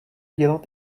dělat